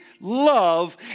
love